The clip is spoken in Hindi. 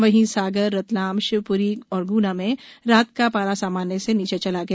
वहीं सागरए रतलामए शिवप्री में रात का पारा सामान्य से नीचे चला गया